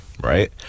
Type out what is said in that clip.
right